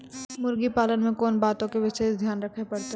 मुर्गी पालन मे कोंन बातो के विशेष ध्यान रखे पड़ै छै?